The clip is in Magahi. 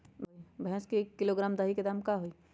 भैस के एक किलोग्राम दही के दाम का होई?